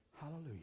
Hallelujah